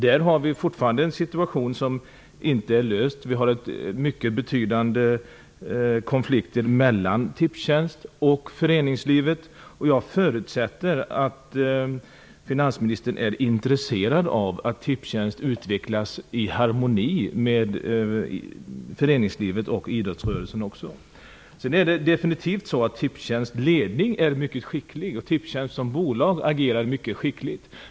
Där har vi fortfarande en situation som inte är löst. Vi har mycket betydande konflikter mellan Tipstjänst och föreningslivet. Jag förutsätter att finansministern är intresserad av att Tipstjänst utvecklas i harmoni med föreningslivet och idrottsrörelsen. Det är definitivt så att Tipstjänst ledning är mycket skicklig och att Tipstjänst som bolag agerar mycket skickligt.